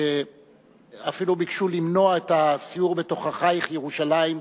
שאפילו ביקשו למנוע את הסיור בתוככייך ירושלים,